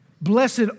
Blessed